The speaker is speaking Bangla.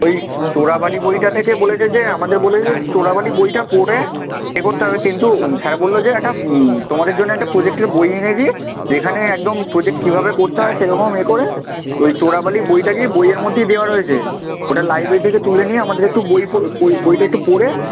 ওই চোরাবালি বইটা থেকে বলেছে যে আমাদের বলেছে যে চোরাবালি বইটা পড়ে এ করতে হবে কিন্তু স্যার বলল যে একটা তোমাদের জন্যে একটা প্রোজেক্টের বই এনেছি যেখানে একদম প্রোজেক্ট কীভাবে করতে হয় সেরকম এ করে ওই চোরাবালি বইটাকেই বইয়ের মধ্যেই দেওয়া রয়েছে ওটা লাইব্রেরি থেকে তুলে নিয়ে আমাদের একটু বই বইটা একটু পড়ে